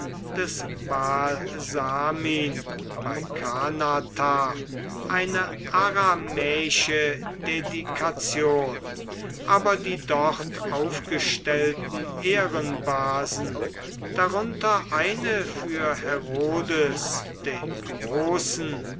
des baalsamin bei kanatha eine aramäische dedikation aber die dort aufgestellten ehrenbasen darunter eine für herodes den großen